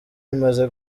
imaze